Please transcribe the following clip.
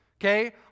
okay